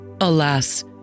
Alas